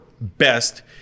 best